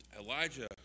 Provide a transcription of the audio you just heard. Elijah